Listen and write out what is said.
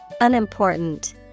unimportant